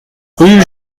rue